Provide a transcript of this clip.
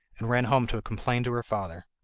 and ran home to complain to her father.